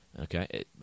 okay